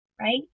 Right